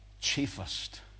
chiefest